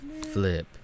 flip